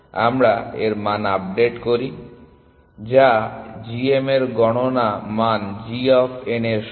আমরা এর মান আপডেট করি বা g m এর গণনা মান g অফ n এর সমান